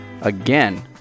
Again